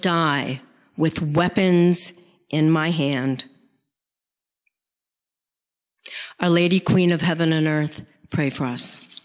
die with weapons in my hand our lady queen of heaven and earth pray for us